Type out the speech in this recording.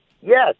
Yes